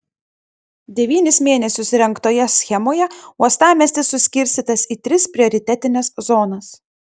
devynis mėnesius rengtoje schemoje uostamiestis suskirstytas į tris prioritetines zonas